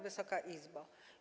Wysoka Izbo!